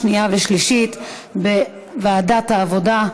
שנייה ושלישית בוועדת העבודה,